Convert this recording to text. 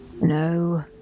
No